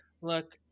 Look